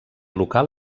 local